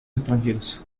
extranjeros